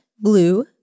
blue